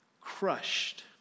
crushed